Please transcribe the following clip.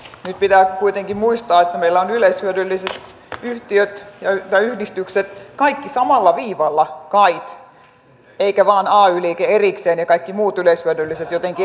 nyt pitää kuitenkin muistaa että meillä ovat yleishyödylliset yhdistykset kaikki samalla viivalla kait eikä vain ay liike erikseen ja kaikki muut yleishyödylliset jotenkin erilaisessa lainsäädännössä